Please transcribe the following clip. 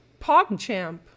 PogChamp